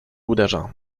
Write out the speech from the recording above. uderza